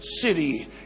city